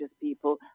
people